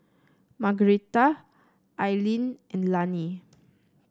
Margueritta Eileen and Lannie